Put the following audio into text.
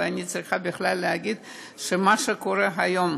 ואני צריכה בכלל להגיד שמה שקורה היום,